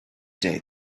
day